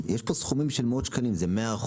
סכומים של 100%,